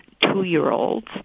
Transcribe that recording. two-year-olds